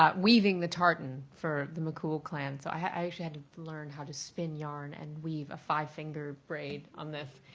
ah weaving the tartan for the mccool clan, so i actually had to learn how to spin yarn and weave a five finger braid on this,